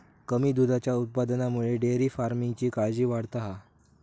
कमी दुधाच्या उत्पादनामुळे डेअरी फार्मिंगची काळजी वाढता हा